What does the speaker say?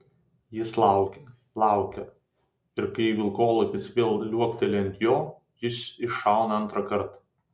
jis laukia laukia ir kai vilkolakis vėl liuokteli ant jo jis iššauna antrąkart